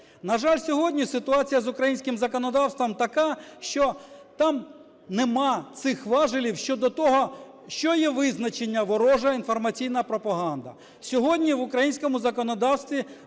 На жаль, сьогодні ситуація з українським законодавством така, що там немає цих важелів щодо того, що є визначення "ворожа інформаційна пропаганда". Сьогодні в українському законодавстві,